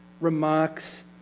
remarks